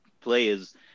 players –